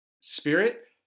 spirit